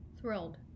thrilled